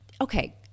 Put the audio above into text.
Okay